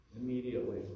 immediately